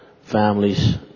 families